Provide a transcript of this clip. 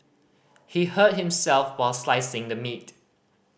he hurt himself were slicing the meat